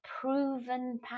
proven